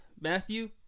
Matthew